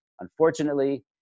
Unfortunately